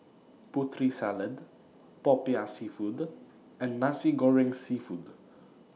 Putri Salad Popiah Seafood and Nasi Goreng Seafood